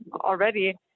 already